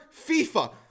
FIFA